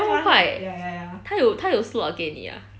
那么快他有他有 slot 给你 ah